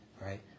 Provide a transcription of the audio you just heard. right